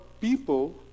people